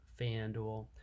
FanDuel